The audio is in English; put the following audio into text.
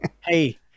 Hey